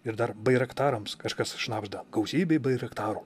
ir dar bairaktarams kažkas šnabžda gausybei bairaktarų